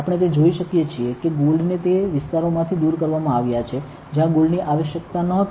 આપણે તે જોઈ શકીએ છીએ કે ગોલ્ડ ને તે વિસ્તારોમાંથી દૂર કરવામાં આવ્યા છે જ્યાં ગોલ્ડ ની આવશ્યકતા નહોતી